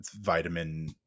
vitamin